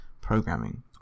programming